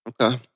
Okay